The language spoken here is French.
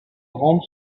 rampe